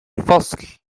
الفصل